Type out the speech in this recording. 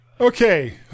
Okay